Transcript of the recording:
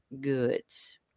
goods